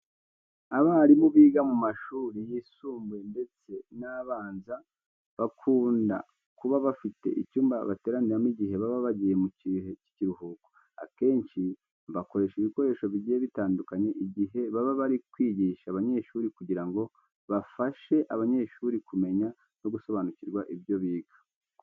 Abarimu biga mu mashuri yisumbuye ndetse n'abanza bakunda kuba bafite icyumba bateraniramo igihe baba bagiye mu gihe cy'ikiruhuko. Akenshi, bakoresha ibikoresho bigiye bitandukanye igihe baba bari kwigisha abanyeshuri kugira ngo bafashe abanyeshuri kumenya no gusobanukirwa ibyo biga.